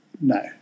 No